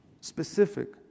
Specific